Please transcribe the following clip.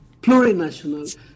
plurinational